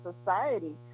society